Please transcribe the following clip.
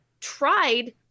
tried